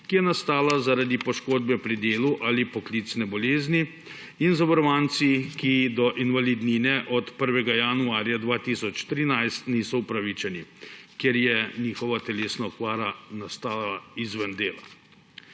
ki je nastala zaradi poškodbe pri delu ali poklicne bolezni, in zavarovanci, ki do invalidnine od 1. januarja 2013 niso upravičeni, ker je njihova telesna okvara nastala izven dela.